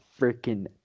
freaking